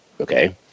Okay